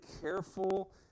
careful